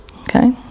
Okay